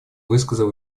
высказал